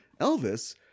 Elvis